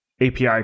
API